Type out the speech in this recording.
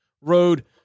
road